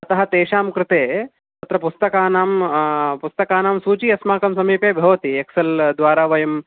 अतः तेषां कृते अत्र पुस्तकानां पुस्तकानां सूची अस्माकं समीपे भवति एक्सेल् द्वारा वयं